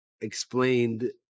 explained